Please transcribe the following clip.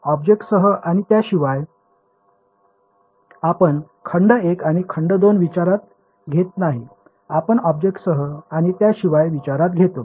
ऑब्जेक्टसह आणि त्याशिवाय आपण खंड एक आणि खंड दोन विचारात घेत नाही आपण ऑब्जेक्टसह आणि त्याशिवाय विचारात घेतो